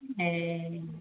ए